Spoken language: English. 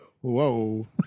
Whoa